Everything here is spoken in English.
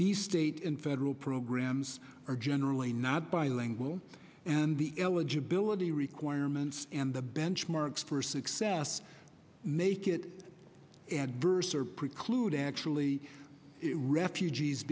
the state and federal programs are generally not bilingual and the eligibility requirements and the benchmarks for success make it adverse or preclude actually it refugees